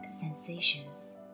sensations